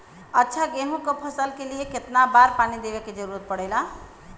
अच्छा गेहूँ क फसल के लिए कितना बार पानी देवे क जरूरत पड़ेला?